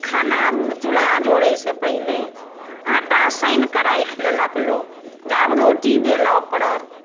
खाना चूल्हा जोड़यसँ पहिनहि आँटा सानि कऽ राखि लेलक लोक जे आब रोटी बेलय पड़त